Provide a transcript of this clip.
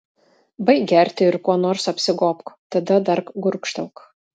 baik gerti ir kuo nors apsigobk tada dar gurkštelėk